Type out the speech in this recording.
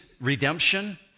redemption